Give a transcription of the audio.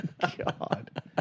God